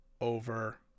Over